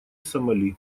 сомали